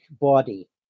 body